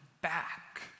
back